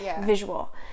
visual